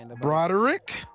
Broderick